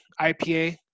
IPA